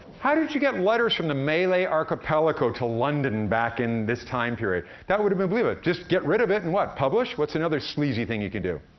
how did you get letters from the malay archipelago to london back in this time period? that would've been believable. just get rid of it and what? publish? what's another sleazy thing you could do?